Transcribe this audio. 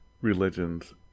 religions